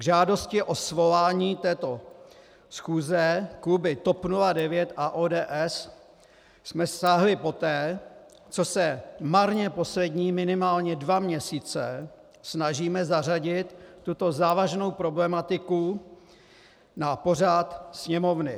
K žádosti o svolání této schůze kluby TOP 09 a ODS jsme sáhli poté, co se marně poslední minimálně dva měsíce snažíme zařadit tuto závažnou problematiku na pořad sněmovny.